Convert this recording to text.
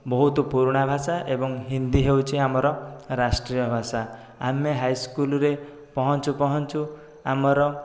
ବହୁତ ପୁରୁଣା ଭାଷା ଏବଂ ହିନ୍ଦୀ ହେଉଛି ଆମର ରାଷ୍ଟ୍ରୀୟ ଭାଷା ଆମେ ହାଇସ୍କୁଲ୍ରେ ପହଞ୍ଚୁ ପହଞ୍ଚୁ ଆମର